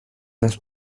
las